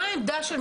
מה העמדה,